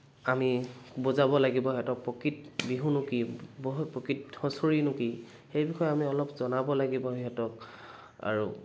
আমি বুজাব লাগিব সিহঁতক প্ৰকৃত বিহুনো কি বিহু প্ৰকৃত হুঁচৰিনো কি সেই বিষয়ে আমি অলপ জনাব লাগিব সিহঁতক আৰু